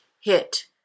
hit